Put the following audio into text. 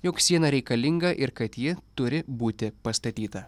jog siena reikalinga ir kad ji turi būti pastatyta